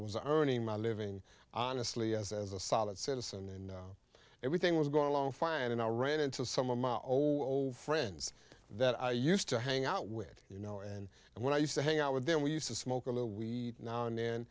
was earning my living honestly as as a solid citizen and everything was going along fine and i ran into some of my old friends that i used to hang out with you know and when i used to hang out with them we used to smoke a little now and then